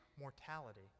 mortality